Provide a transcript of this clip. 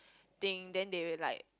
thing then they like